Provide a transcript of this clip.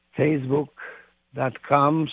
facebook.com